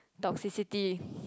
toxicity